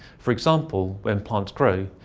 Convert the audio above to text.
for example, when plants grow,